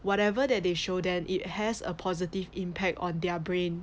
whatever that they show them it has a positive impact on their brain